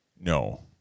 No